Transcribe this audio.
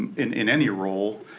in in any role,